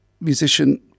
musician